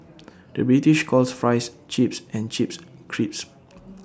the British calls Fries Chips and Chips Crisps